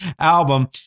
album